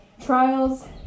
trials